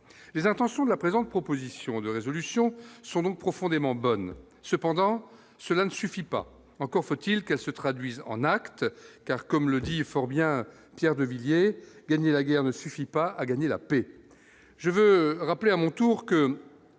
les intentions de la présente proposition de résolution sont donc profondément bonne cependant, cela ne suffit pas, encore faut-il qu'elle se traduise en actes, car comme le dit fort bien : Pierre de Villiers gagner la guerre ne suffit pas à gagner la paix,